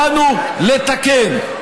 באנו לתקן,